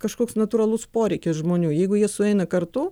kažkoks natūralus poreikis žmonių jeigu jie sueina kartu